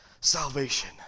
salvation